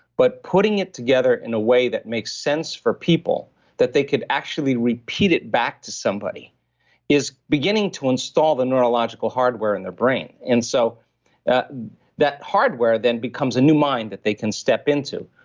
but putting it together in a way that makes sense for people that they could actually repeat it back to somebody is beginning to install the neurological hardware in our brain and so that that hardware then becomes a new mind that they can step into.